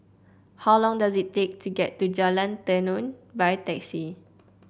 how long does it take to get to Jalan Tenon by taxi